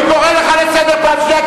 אני קורא לך לסדר פעם שנייה,